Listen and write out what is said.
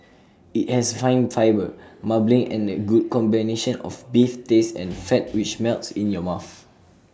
IT has fine fibre marbling and A good combination of beef taste and fat which melts in your mouth